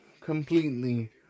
completely